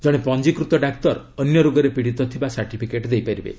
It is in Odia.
ଜଣେ ପଞ୍ଜିକୃତ ଡାକ୍ତର ଅନ୍ୟ ରୋଗରେ ପିଡ଼ିତ ଥିବା ସାର୍ଟିଫିକେଟ୍ ଦେଇ ପାରିବେ